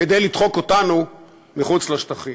כדי לדחוק אותנו מחוץ לשטחים.